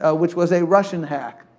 ah which was a russian hack.